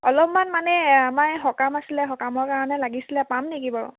অলপমান মানে আমাৰ এই সকাম আছিলে সকামৰ কাৰণে লাগিছিলে পাম নেকি বাৰু